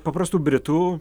paprastų britų